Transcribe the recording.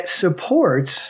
supports